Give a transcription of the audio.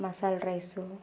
ಮಸಾಲೆ ರೈಸು